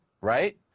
right